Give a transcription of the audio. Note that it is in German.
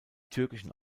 türkischen